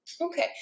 Okay